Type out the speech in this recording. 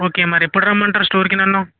okay మరి ఎప్పుడు రమ్మంటారు స్టోర్కి నన్ను